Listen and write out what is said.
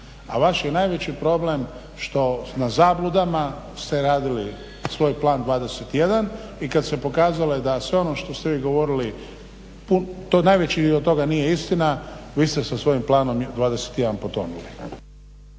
A vaš je najveći problem što na zabludama ste radili svoj plan 21 i kad se pokazalo da sve ono što ste vi govorili to najveći dio od toga nije istina. Vi ste sa svojim planom 21 potonuli.